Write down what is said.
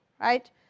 right